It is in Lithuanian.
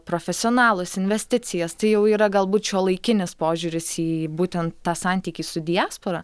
profesionalus investicijas tai jau yra galbūt šiuolaikinis požiūris į būtent tą santykį su diaspora